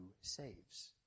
saves